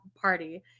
party